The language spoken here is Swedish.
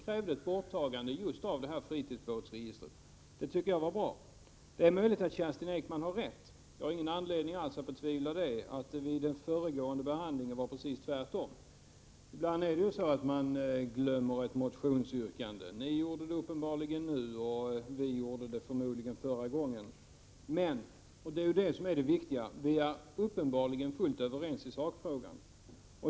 I motionen krävs ett borttagande av detta fritidsbåtsregister. Det tycker jag var bra. Det är möjligt att Kerstin Ekman har rätt. Jag har alls ingen anledning att betvivla att det var precis tvärtom vid den föregående behandlingen. Ibland glömmer man ett motionsyrkande. Ni gjorde det uppenbarligen nu, och vi gjorde det förmodligen förra gången. Det viktiga är emellertid att vi uppenbarligen är helt överens i sakfrågan.